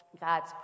God's